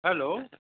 hello